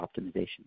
optimization